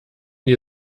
die